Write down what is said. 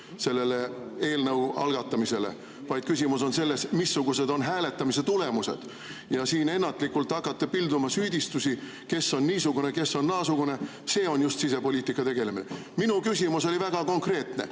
sellele eelnõu algatamisele, vaid küsimus on selles, missugused on hääletamise tulemused. Ja siin ennatlikult hakata pilduma süüdistusi, kes on niisugune, kes on naasugune – see on just sisepoliitikaga tegelemine. Minu küsimus oli väga konkreetne: